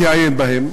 תעיין בהן,